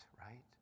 right